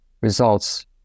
results